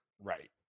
Right